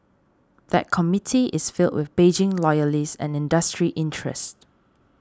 that committee is filled with Beijing loyalists and industry interests